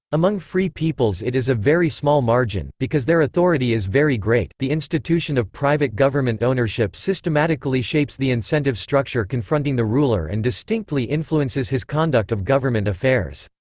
among free peoples it is a very small margin, because there authority is very great. the institution of private government ownership systematically shapes the incentive structure confronting the ruler and distinctly influences his conduct of government affairs.